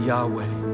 Yahweh